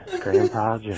Grandpa